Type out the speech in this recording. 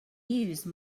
use